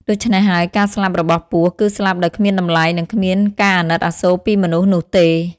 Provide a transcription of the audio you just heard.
ដូច្នេះហើយ ការស្លាប់របស់ពស់គឺស្លាប់ដោយគ្មានតម្លៃ និងគ្មានការអាណិតអាសូរពីមនុស្សនោះទេ ។